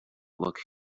look